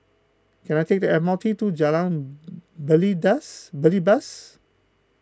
can I take the M R T to Jalan Belibas